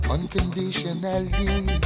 Unconditionally